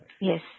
Yes